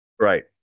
right